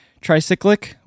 tricyclic